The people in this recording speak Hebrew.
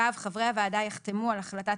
יבוא: "(ו) חברי הוועדה יחתמו על החלטת